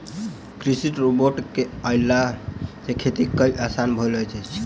कृषि रोबोट के अयला सॅ खेतीक काज आसान भ गेल अछि